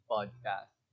Podcast